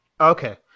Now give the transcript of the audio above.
Okay